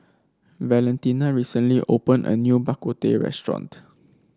Valentina recently opened a new Bak Kut Teh restaurant